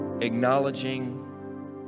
acknowledging